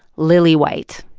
lily-white.